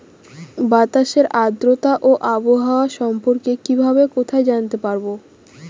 বাতাসের আর্দ্রতা ও আবহাওয়া সম্পর্কে কিভাবে কোথায় জানতে পারবো?